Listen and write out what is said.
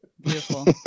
Beautiful